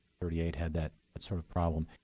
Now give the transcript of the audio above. thirty eight had that sort of problem.